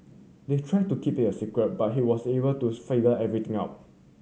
they tried to keep it a secret but he was able to figure everything out